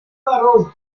arrose